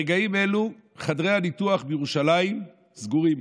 ברגעים אלו חדרי הניתוח בירושלים סגורים,